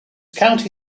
county